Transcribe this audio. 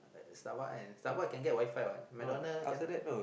Starbucks Starbucks can get WiFi what McDonald's cannot